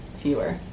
fewer